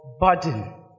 burden